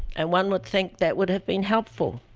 and one would think that would have been helpful.